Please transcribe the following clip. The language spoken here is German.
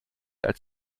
als